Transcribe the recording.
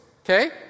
okay